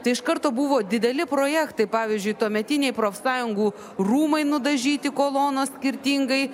tai iš karto buvo dideli projektai pavyzdžiui tuometiniai profsąjungų rūmai nudažyti kolonos skirtingai